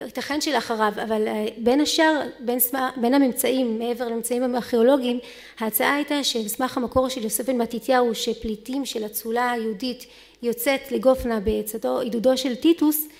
ייתכן שלאחריו אבל בין השאר בין הממצאים מעבר למצאים הארכיאולוגיים, ההצעה הייתה שמסמך המקור של יוסף בן מתיתיהו הוא שפליטים של האצולה היהודית יוצאת לגופנה בצד עידודו של טיטוס